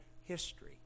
history